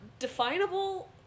Definable